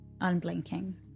unblinking